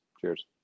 Cheers